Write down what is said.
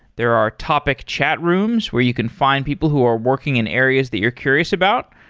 there are topic chat rooms where you can find people who are working in areas that you're curious about,